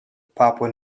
papua